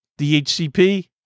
DHCP